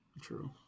True